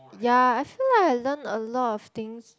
ya I feel like I learn a lot of things